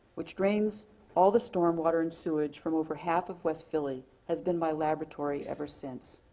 which drains all the storm water and sewage from over half of west philly, has been my laboratory ever since.